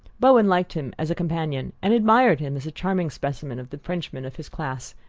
bowen liked him as a companion and admired him as a charming specimen of the frenchman of his class,